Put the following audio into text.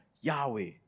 Yahweh